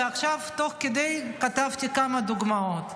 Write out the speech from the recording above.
ועכשיו תוך כדי כתבתי כמה דוגמאות.